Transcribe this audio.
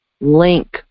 link